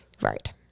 Right